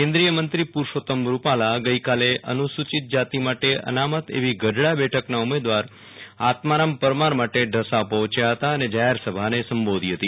કેન્દ્રીય મંત્રી પુરષોત્તમ રૂપાળા ગઈકાલે અનુસુચિત જતી માટે અનામત એવી ગઢડા બેઠકના ઉમેદવાર આત્મારામ પરમાર માટે ઢસા પહોચ્યા હતા અને જાહેર સભાને સંબોધી હતી